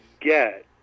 get